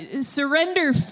Surrender